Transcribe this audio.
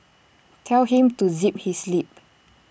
tell him to zip his lip